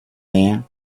man